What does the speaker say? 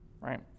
right